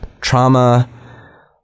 trauma